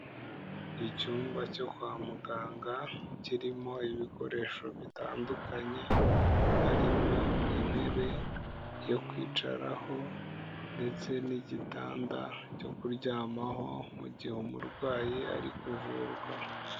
Ni icyumba cyo kwa muganga kirimo ibikoresho bitandukanye, harimo intebe yo kwicaraho ndetse n'igitanda cyo kuryamaho mu gihe umurwayi ari kuvurwa.